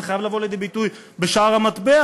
זה חייב לבוא לידי ביטוי בשער המטבע.